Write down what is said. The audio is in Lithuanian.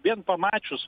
vien pamačius